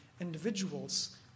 individuals